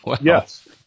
Yes